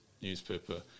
newspaper